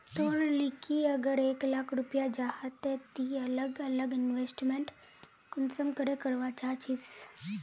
तोर लिकी अगर एक लाख रुपया जाहा ते ती अलग अलग इन्वेस्टमेंट कुंसम करे करवा चाहचिस?